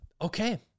okay